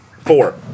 Four